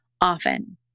often